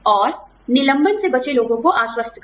और निलंबन से बचे लोगों को आश्वस्त करना